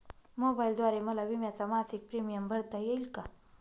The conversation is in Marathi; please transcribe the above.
मोबाईलद्वारे मला विम्याचा मासिक प्रीमियम भरता येईल का?